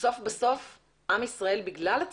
בסוף עם ישראל, בגלל הצפיפות,